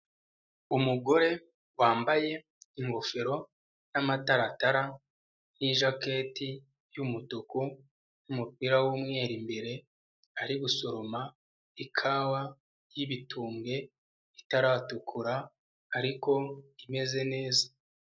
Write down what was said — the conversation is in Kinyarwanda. Umugore wambaye ingofero n'amataratara n'ijaketi y'umutuku numupira w'umweru imbere, ari gusoroma ikawa y'ibitumbwe itaratukura ariko imeze neza.